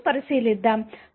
దానిని పరిశీలిద్దాం